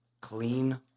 clean